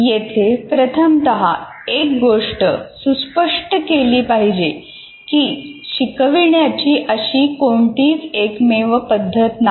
येथे प्रथमतः एक गोष्ट सुस्पष्ट केली पाहिजे की शिकविण्याची अशी कोणतीच एकमेव पद्धत नाही